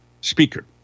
speaker